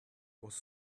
was